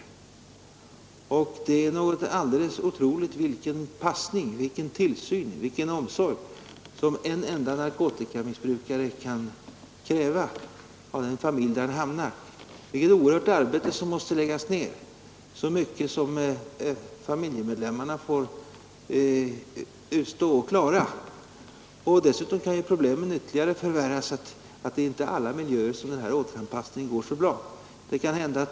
En enda narkotikamissbrukare kan kräva alldeles otroligt mycket passning, tillsyn och omsorg av den familj han hamnar i. Det måste läggas ned ett oerhört arbete på en sådan narkoman, och familjemedlemmarna får utstå och klara oerhört mycket. Dessutom kan problemen förvärras ytterligare genom att det inte är i alla miljöer som återanpassningen går så bra.